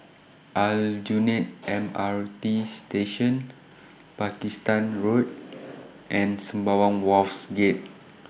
Aljunied M R T Station Pakistan Road and Sembawang Wharves Gate